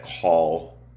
call